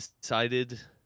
decided